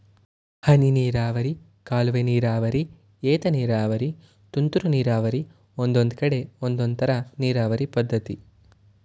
ಹನಿನೀರಾವರಿ ಕಾಲುವೆನೀರಾವರಿ ಏತನೀರಾವರಿ ತುಂತುರು ನೀರಾವರಿ ಒಂದೊಂದ್ಕಡೆ ಒಂದೊಂದ್ತರ ನೀರಾವರಿ ಪದ್ಧತಿ